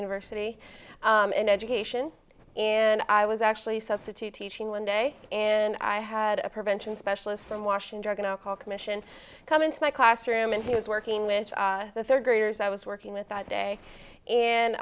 versity in education and i was actually substitute teaching one day and i had a prevention specialist from washing drug and alcohol commission come into my classroom and he was working with the third graders i was working with that day